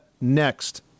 next